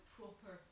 proper